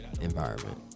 environment